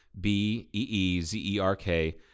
B-E-E-Z-E-R-K